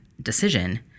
decision